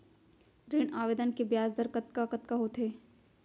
ऋण आवेदन के ब्याज दर कतका कतका होथे?